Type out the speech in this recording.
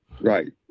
Right